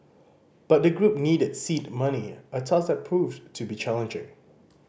but the group needed seed money a task that proved to be challenging